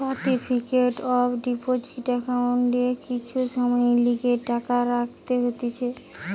certificate of deposit একাউন্টে কিছু সময়ের লিগে টাকা রাখা হতিছে